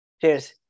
Cheers